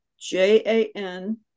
J-A-N